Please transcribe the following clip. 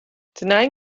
denying